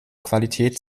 qualität